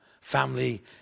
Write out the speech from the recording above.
Family